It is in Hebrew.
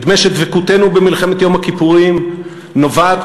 נדמה שדבקותנו במלחמת יום הכיפורים נובעת